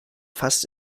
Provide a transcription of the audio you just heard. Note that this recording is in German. fast